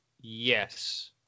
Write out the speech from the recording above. yes